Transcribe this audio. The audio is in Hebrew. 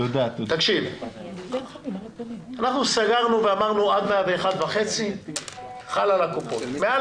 אנחנו סגרנו ואמרנו: עד 101.5% חל על הקופות, מעל